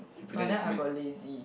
but then I got lazy